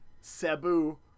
Sabu